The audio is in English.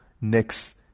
next